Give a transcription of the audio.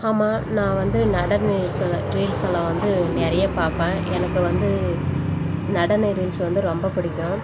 ஆமாம் நான் வந்து நடன ரீல்ஸ்லாம் ரீல்ஸ்லாம் வந்து நிறைய பார்ப்பேன் எனக்கு வந்து நடன ரீல்ஸ் வந்து ரொம்ப பிடிக்கும்